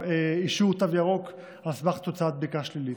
תו ירוק על סמך תוצאת בדיקה שלילית.